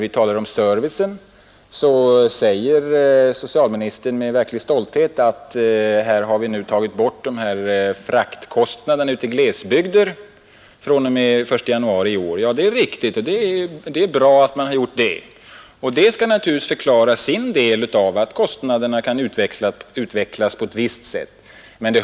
På tal om servicen säger socialministern med verklig stolthet att Apoteksbolaget från och med 1 januari i år tagit bort fraktkostnaderna till glesbygderna. Ja, det är bra, och det kan naturligtvis förklara en del av kostnadsutvecklingen.